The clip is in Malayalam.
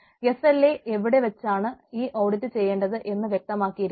എസ് എൽ എ എവിടെ വച്ചാണ് ഈ ഓഡിറ്റ് ചെയ്യേണ്ടത് എന്ന് വ്യക്തമാക്കിയിരിക്കണം